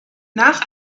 nach